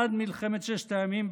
עד מלחמת ששת הימים,